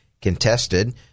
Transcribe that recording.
contested